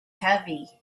heavy